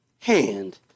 hand